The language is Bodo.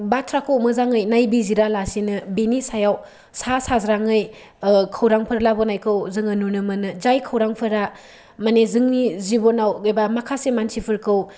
बाथ्राखौ मोजाङै नायबिजिरालासेनो बिनि सायाव सा साज्राङै खौरांफोर लाबोनायखौ जोङो नुनो मोनो जाय खौरांफोरा माने जोंनि जिबनाव एबा माखासे मानसिफोरखौ